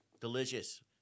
delicious